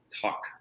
talk